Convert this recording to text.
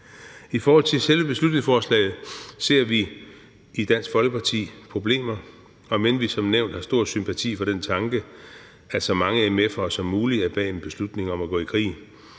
I forhold til selve beslutningsforslaget ser vi i Dansk Folkeparti problemer, omend vi som nævnt har stor sympati for den tanke, at så mange mf'er som muligt står bag en beslutning om at gå i krig.